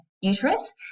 uterus